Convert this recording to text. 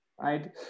right